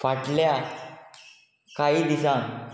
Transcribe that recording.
फाटल्या कांय दिसांक